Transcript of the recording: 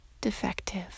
defective